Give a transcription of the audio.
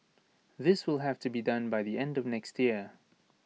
this will have to be done by the end of next year